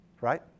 Right